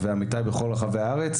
ועמיתיי שנמצאים בכל רחבי הארץ